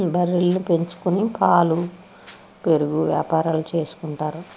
బర్రెలను పెంచుకుని పాలు పెరుగు వ్యాపారాలు చేసుకుంటారు